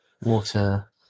water